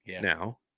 now